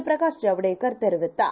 பிரகாஷ்ஜவடேகர்தெரிவித்தார்